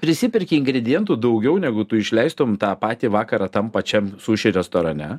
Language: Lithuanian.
prisiperki ingredientų daugiau negu tu išleistum tą patį vakarą tam pačiam suši restorane